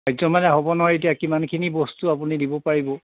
পাৰ্যমানে হ'ব নহয় এতিয়া কিমানখিনি বস্তু আপুনি দিব পাৰিব